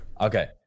Okay